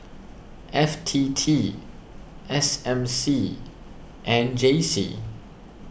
F T T S M C and J C